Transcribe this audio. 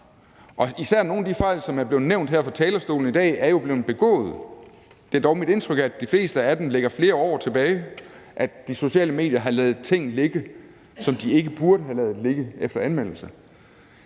især nogle af de fejl, der er blevet nævnt her på talerstolen i dag, er jo blevet begået. Det er dog mit indtryk, at de fleste af dem ligger flere år tilbage; at det ligger flere år tilbage, at de sociale medier har ladet ting ligge, som de ikke burde have ladet ligge, efter anmeldelserne.